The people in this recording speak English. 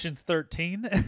Thirteen